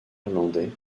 irlandais